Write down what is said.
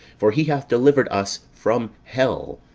for he hath delivered us from hell,